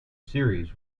series